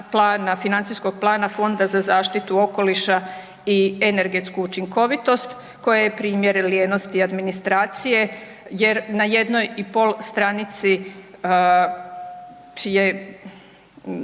financijskog plana Fonda za zaštitu okoliša i energetsku učinkovitost koje je primjer lijenosti administracije jer na 1,5 stranici je